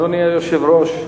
אדוני היושב-ראש,